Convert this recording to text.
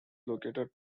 located